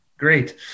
Great